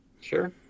Sure